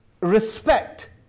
respect